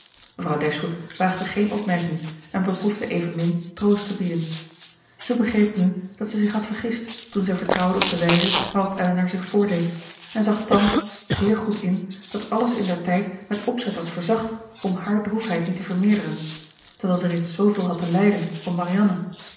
mevrouw dashwood waagde geene opmerking en beproefde evenmin troost te bieden zij begreep nu dat zij zich had vergist toen zij vertrouwde op de wijze waarop elinor zich voordeed en zag thans zeer goed in dat alles in der tijd met opzet was verzacht om hare droefheid niet te vermeerderen terwijl zij reeds zooveel had te lijden om marianne